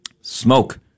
smoke